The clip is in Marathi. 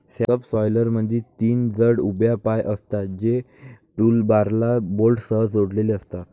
सबसॉयलरमध्ये तीन जड उभ्या पाय असतात, जे टूलबारला बोल्टसह जोडलेले असतात